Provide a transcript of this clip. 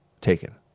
taken